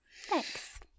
Thanks